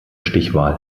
stichwahl